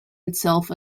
itself